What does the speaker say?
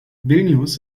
vilnius